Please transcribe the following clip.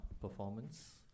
performance